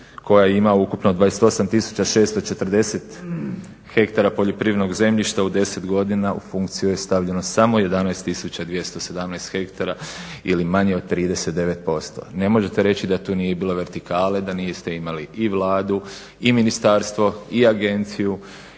koja ima ukupno 28640 hektara poljoprivrednog zemljišta. U 10 godina u funkciju je stavljeno samo 11217 hektara ili manje od 39%. Ne možete reći da tu nije bilo vertikale, da niste imali i Vladu i ministarstvo i agenciju